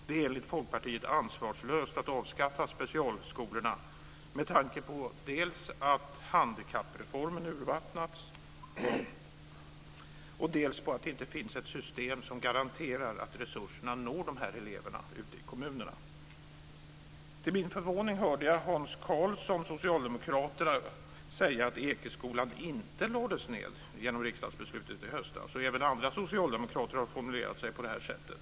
Det är enligt Folkpartiet ansvarslöst att avskaffa specialskolorna med tanke dels på att handikappreformen urvattnats, dels på att det inte finns ett system som garanterar att resurserna når de här eleverna ute i kommunerna. Till min förvåning hörde jag Hans Karlsson, Socialdemokraterna, säga att Ekeskolan inte lades ned genom riksdagsbeslutet i höstas. Även andra socialdemokrater har formulerat sig på det sättet.